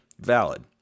valid